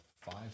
Five